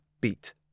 beat